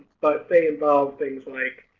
but they involve things like